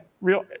real